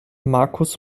markus